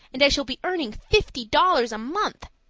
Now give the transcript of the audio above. and i shall be earning fifty dollars a month!